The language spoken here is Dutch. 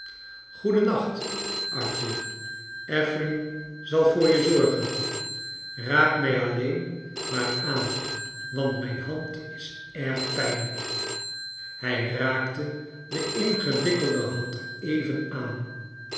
goeden nacht arthur affery zal voor je zorgen raak mij alleen maar aan want rnijn hand is erg pijnlijk hij raakte de ingewikkelde hand even aan